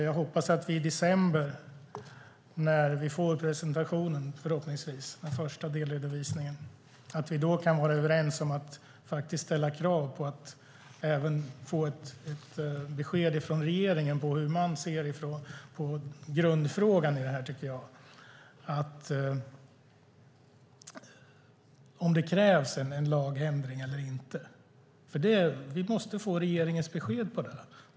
Jag hoppas att vi i december, när vi förhoppningsvis får den första delredovisningen, kan vara överens om att ställa krav på att även få ett besked från regeringen om hur man ser på grundfrågan i detta. Det handlar om huruvida det krävs en lagändring eller inte. Vi måste få regeringens besked om detta.